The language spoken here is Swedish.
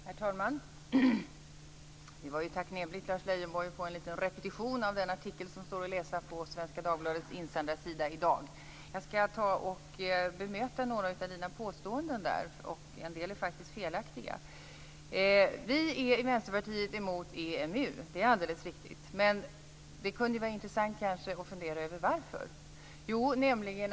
Herr talman! Det var tacknämligt, Lars Leijonborg, att få en liten repetition av den artikel som står att läsa på Svenska Dagbladets insändarsida i dag. Jag skall bemöta några av Lars Leijonborgs påståenden där. En del är faktiskt felaktiga. Vi i Vänsterpartiet är emot EMU - det är alldeles riktigt. Men det kunde kanske vara intressant att fundera över varför vi är det.